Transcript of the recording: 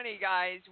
guys